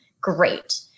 Great